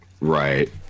Right